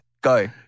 Go